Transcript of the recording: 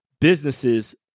businesses